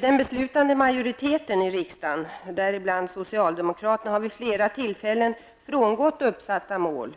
Den beslutande majoriteten i riksdagen, däribland socialdemokraterna, har vid flera tillfällen frångått uppsatta mål.